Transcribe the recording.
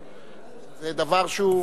זה דבר שהוא,